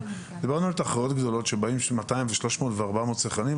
ודיברנו על תחרויות גדולות שבאים 200 ו-300 ו-400 שחיינים,